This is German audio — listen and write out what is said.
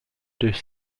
durch